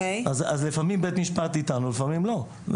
לפעמים בית המשפט איתנו, ולפעמים לא.